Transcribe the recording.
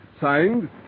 Signed